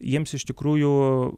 jiems iš tikrųjų